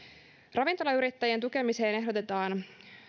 ravintolayrittäjien tukemiseen ehdotetaan